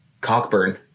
Cockburn